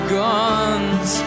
guns